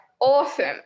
Awesome